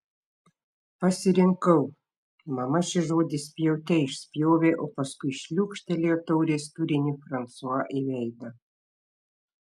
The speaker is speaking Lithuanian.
pasirinkau mama šį žodį spjaute išspjovė o paskui šliūkštelėjo taurės turinį fransua į veidą